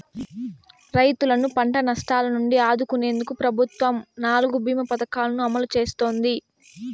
రైతులను పంట నష్టాల నుంచి ఆదుకునేందుకు ప్రభుత్వం నాలుగు భీమ పథకాలను అమలు చేస్తోంది